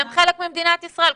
הם חלק ממדינת ישראל.